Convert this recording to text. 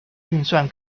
运算